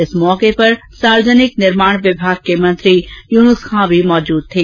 इस अवसर पर सार्वजनिक निर्माण विभाग के मंत्री युनूस खान भी मौजूद थे